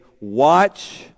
Watch